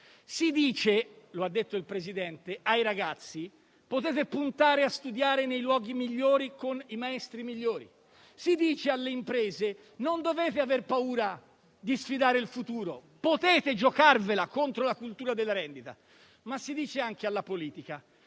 Si dice - lo ha detto il Presidente - ai ragazzi che possono puntare a studiare nei luoghi migliori con i maestri migliori. Si dice alle imprese che non devono aver paura di sfidare il futuro, perché possono giocarsela contro la cultura della rendita. Si dice però anche alla politica